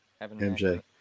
MJ